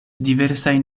diversajn